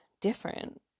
different